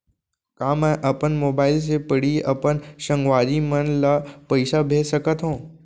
का मैं अपन मोबाइल से पड़ही अपन संगवारी मन ल पइसा भेज सकत हो?